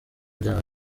babyo